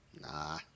Nah